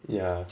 ya